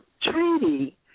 treaty